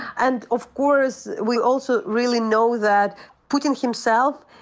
and, of course, we also really know that putin himself,